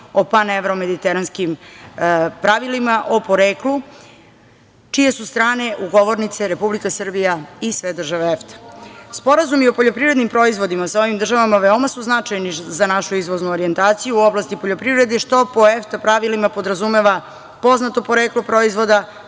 o pan-evro-mediteranskim pravilima o poreklu čije su strane ugovornice Republika Srbija i sve države EFTA.Sporazumi o poljoprivrednim proizvodima sa ovim državama veoma su značajni za našu izvoznu orijentaciju u oblasti poljoprivrede što po EFTA pravilima podrazumeva poznato poreklo proizvoda